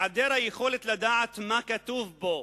העדר היכולת לדעת מה כתוב בו